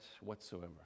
whatsoever